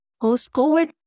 Post-COVID